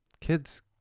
kids